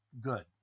good